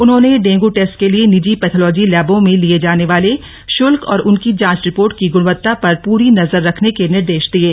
उन्होंने dengue test के लिए निजी पैथोलॉजी लैबों में लिए जाने वाले शुल्क और उनकी जांच रिपोर्ट की गुणवत्ता पर पूरी नजर रखने के निर्देश दिये